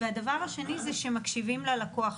והדבר השני זה שמקשיבים ללקוח.